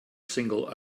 single